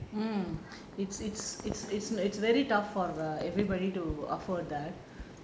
mm it's it's it's it's it's very tough for everybody to afford that